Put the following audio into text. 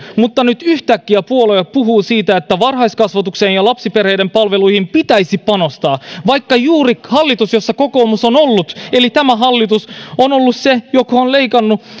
mutta nyt yhtäkkiä puolue puhuu siitä että varhaiskasvatuksen ja lapsiperheiden palveluihin pitäisi panostaa vaikka juuri hallitus jossa kokoomus on ollut eli tämä hallitus on ollut se joka on leikannut